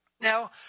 Now